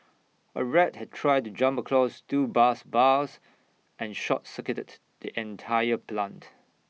A rat had tried to jump across two bus bars and short circuited the entire plant